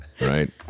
right